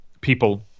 people